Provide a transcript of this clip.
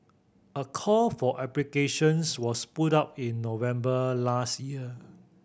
a call for applications was put out in November last year